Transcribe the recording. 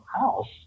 house